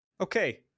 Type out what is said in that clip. Okay